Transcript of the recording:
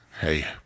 hey